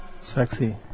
Sexy